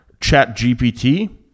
ChatGPT